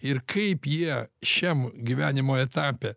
ir kaip jie šiam gyvenimo etape